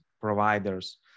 providers